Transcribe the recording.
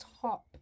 top